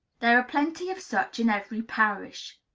there are plenty of such in every parish.